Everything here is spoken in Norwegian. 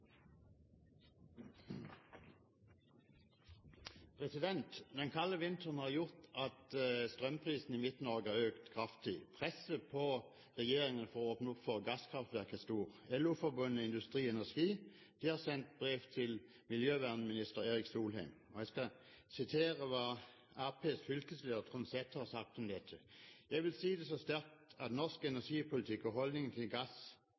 replikkordskifte. Den kalde vinteren har gjort at strømprisene i Midt-Norge har økt kraftig. Presset på regjeringen for å åpne opp for gasskraftverk er stort. LO-forbundet Industri Energi har sendt brev til miljøvernminister Erik Solheim, og jeg skal sitere hva Arbeiderpartiets fylkesleder, Trond Seth, har sagt om dette: «Jeg vil si det så sterkt at norsk energipolitikk og holdningen til gass